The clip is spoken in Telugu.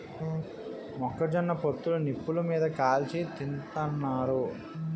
మొక్క జొన్న పొత్తులు నిప్పులు మీది కాల్చి తింతన్నారు